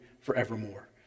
forevermore